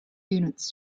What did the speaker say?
units